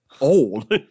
Old